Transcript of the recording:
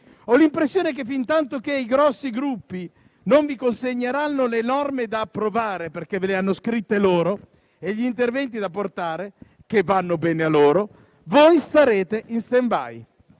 Ho l'impressione che, fintanto che i grossi gruppi non vi consegneranno le norme da approvare (perché ve le hanno scritte loro) e gli interventi da apportare (che vanno bene a loro), voi starete in *stand-by*.